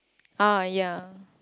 uh ya